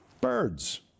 birds